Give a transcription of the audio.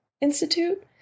institute